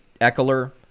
Eckler